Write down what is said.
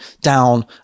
down